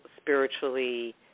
spiritually